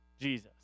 Jesus